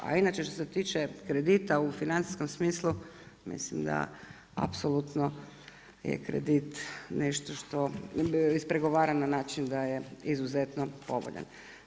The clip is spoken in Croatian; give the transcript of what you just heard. A inače što se tiče kredita u financijskom smislu mislim da apsolutno je kredit nešto što, ispregovarano na način da je izuzetno povoljan.